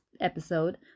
episode